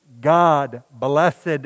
God-blessed